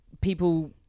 people